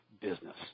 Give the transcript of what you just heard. business